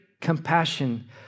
compassion